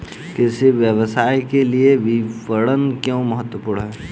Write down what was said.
कृषि व्यवसाय के लिए विपणन क्यों महत्वपूर्ण है?